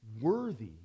worthy